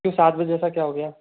क्यों सात बजे ऐसा क्या हो गया